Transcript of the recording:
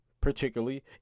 particularly